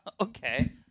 okay